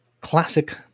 classic